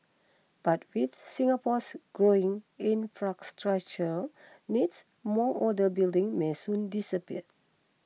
but with Singapore's growing infrastructural needs more older buildings may soon disappear